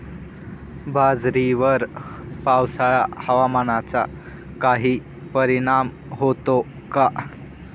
बाजरीवर पावसाळा हवामानाचा काही परिणाम होतो का?